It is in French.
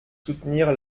soutenir